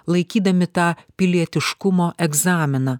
laikydami tą pilietiškumo egzaminą